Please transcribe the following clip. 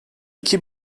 iki